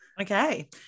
Okay